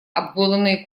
обглоданные